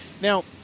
Now